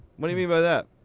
what do you mean by that?